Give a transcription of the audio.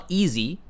easy